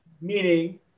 meaning